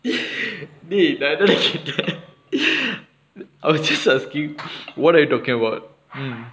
dey நா என்னடா செஞ்ச:naa ennada senja I was just asking what are you talking about mm